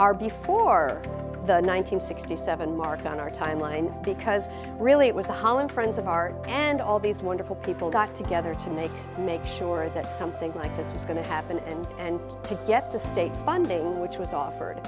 are before the one nine hundred sixty seven mark on our timeline because really it was a hollow friends of art and all these wonderful people got together to make make sure that something like this was going to happen and to get the state funding which was offered